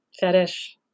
fetish